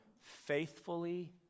faithfully